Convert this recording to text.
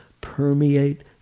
permeate